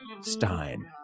Stein